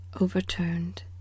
overturned